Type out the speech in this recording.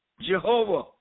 Jehovah